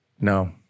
No